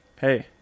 hey